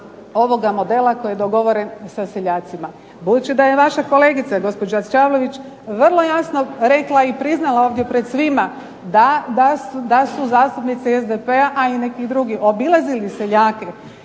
ovoga modela koji je dogovoren sa seljacima. Budući da je vaša kolegica gospođa Čavlović vrlo jasno rekla i priznala ovdje pred svima da su zastupnici SDP-a, a i nekih drugih, obilazili seljake